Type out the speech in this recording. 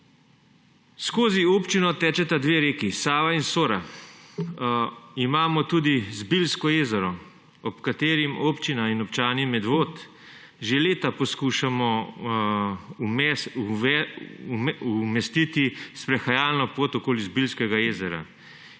Skozi občino tečeta dve reki, Sava in Sora. Imamo tudi Zbiljsko jezero, ob katerem občina in občani Medvod že leta poskušamo umestiti sprehajalno pot okoli Zbiljskega jezera.